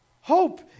hope